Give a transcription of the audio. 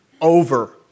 over